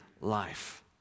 life